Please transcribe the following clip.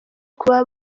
kuba